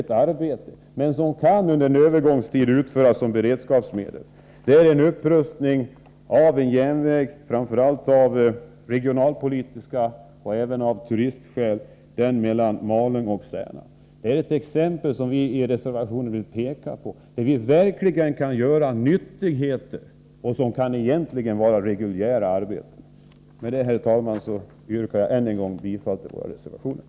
Det är ett arbete som under en övergångstid kan utföras med beredskapsmedel, men en sådan upprustning är ett exempel på hur man verkligen kan åstadkomma någonting som är till nytta, och den borde egentligen utföras som ett reguljärt arbete. Med det, herr talman, yrkar jag än en gång bifall till vpk-reservationerna.